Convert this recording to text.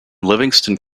livingston